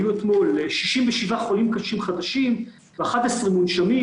היו אתמול 67 חולים קשים חדשים ו-11 מונשמים,